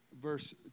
verse